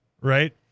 Right